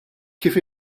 kif